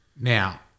Now